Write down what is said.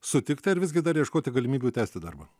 sutikti ar visgi dar ieškoti galimybių tęsti darbą